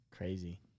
Crazy